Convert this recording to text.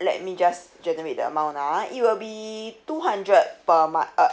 let me just generate the amount ah it will be two hundred per month uh